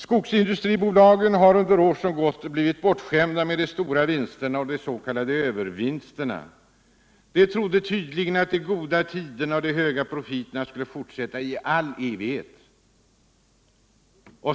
Skogsindustribolagen har under åren som gått blivit bortskämda med de stora vinsterna —-des.k. övervinsterna. De trodde tydligen att de goda tiderna och de höga profiterna skulle fortsätta i all evighet.